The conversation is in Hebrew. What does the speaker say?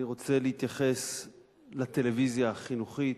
אני רוצה להתייחס לטלוויזיה החינוכית,